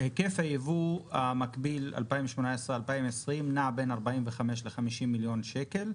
היקף הייבוא המקביל 2018 2020 נע בין 45 מיליון ל-50 מיליון שקל,